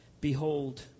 Behold